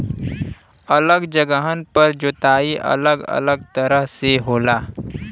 अलग जगहन पर जोताई अलग अलग तरह से होला